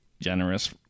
generous